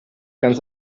ganz